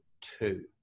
two